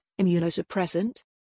immunosuppressant